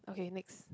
okay next